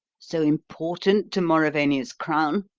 so important to mauravania's crown?